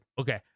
Okay